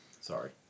Sorry